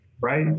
right